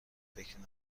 فکری